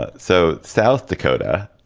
ah so south dakota